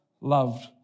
loved